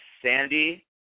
Sandy